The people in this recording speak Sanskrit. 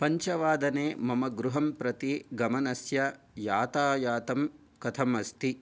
पञ्चवादने मम गृहं प्रति गमनस्य यातायातं कथमस्ति